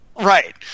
Right